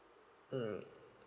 mm